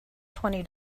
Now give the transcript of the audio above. twenty